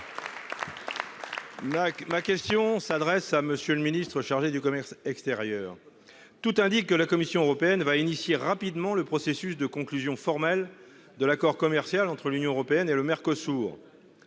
Ma question s'adresse à monsieur le ministre chargé du commerce extérieur. Tout indique que la Commission européenne va initier rapidement le processus de conclusion formelle de l'accord commercial entre l'Union européenne et le Mercosur.